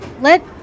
let